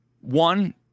One